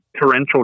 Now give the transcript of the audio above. torrential